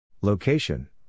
Location